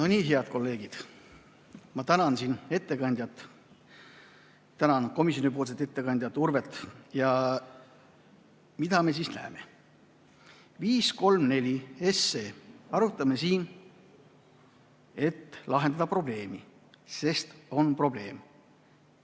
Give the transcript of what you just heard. No nii, head kolleegid! Ma tänan ettekandjat. Tänan komisjoni ettekandjat, Urvet. Mida me siis näeme? 534 SE, arutame siin, et lahendada probleemi, sest on probleem.